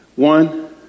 One